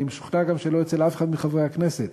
ואני משוכנע גם שלא אצל אף אחד מחברי הכנסת,